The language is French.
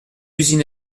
usine